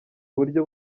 buryo